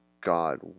God